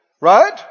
right